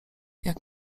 jak